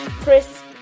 Chris